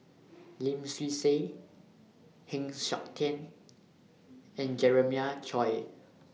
Lim Swee Say Heng Siok Tian and Jeremiah Choy